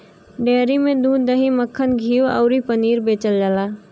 dairy में दूध, दही, मक्खन, घीव अउरी पनीर बेचल जाला